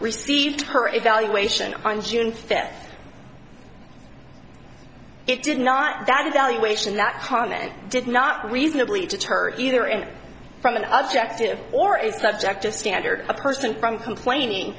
received her evaluation on june fifth it did not that evaluation that common did not reasonably deter either in from an objective or a subjective standard a person from complaining